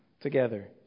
together